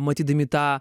matydami tą